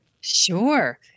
Sure